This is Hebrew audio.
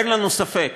אין לנו ספק,